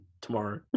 tomorrow